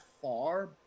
far